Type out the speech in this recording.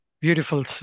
beautiful